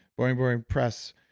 boring, boring, press.